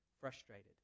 frustrated